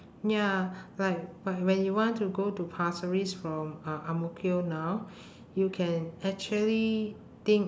ya like like when you want to go to pasir ris from uh ang mo kio now you can actually think